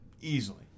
Easily